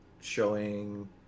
showing